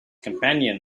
companion